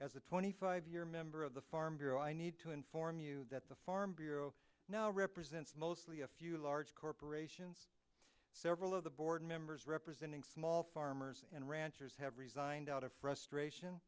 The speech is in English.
as a twenty five year member of the farm bureau i need to inform you that the farm bureau now represents mostly a few large corporations several of the board members representing small farmers and ranchers have resigned out of frustration